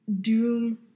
Doom